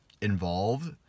involved